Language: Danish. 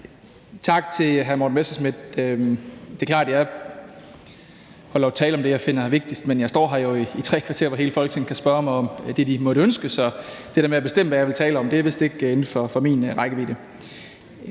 Tak til hr. Morten Messerschmidt. Det er klart, at jeg holder en tale om det, jeg finder er vigtigst, men jeg står her jo i tre kvarter, hvor hele Folketinget kan spørge mig om det, de måtte ønske. Så det der med at bestemme, hvad jeg vil tale om, er vist ikke inden for min rækkevidde.